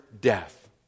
death